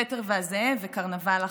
פטר והזאב וקרנבל החיות.